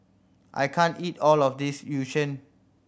I can't eat all of this Yu Sheng